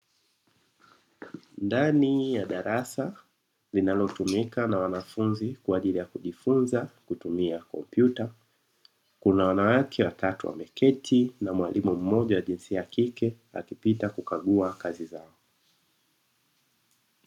Ndani ya darasa linalotumika na wanafunzi kwa ajili ya kujifunza kutumia kompyuta, kuna wanawake watatu wameketi na mwalimu mmoja wa jinsia ya kike akipita kukagua kazi zao.